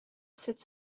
sept